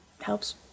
helps